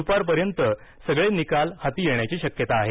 दुपारपर्यंत सगळे निकाल हातात येण्याची शक्यता आहे